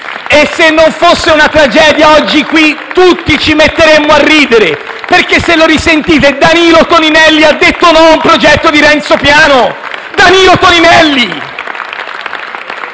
Se non fosse una tragedia, oggi qui tutti ci metteremmo a ridere. Colleghi, risentitelo: Danilo Toninelli ha detto no a un progetto di Renzo Piano. Danilo Toninelli!